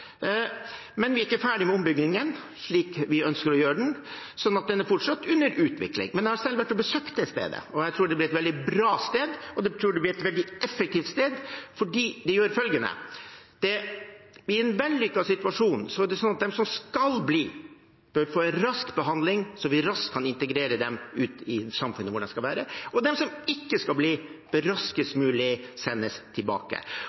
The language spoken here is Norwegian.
Men vi er ikke ferdig med ombyggingen slik vi ønsker å gjøre den, så det er fortsatt under utvikling. Jeg har selv vært og besøkt stedet, og jeg tror det blir et veldig bra og effektivt sted, fordi det gjør følgende: I en vellykket situasjon bør de som skal bli, få en rask behandling, slik at vi raskt kan integrere dem inn i det samfunnet som de skal være i. De som ikke skal bli, bør raskest mulig sendes tilbake.